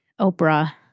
Oprah